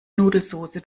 nudelsoße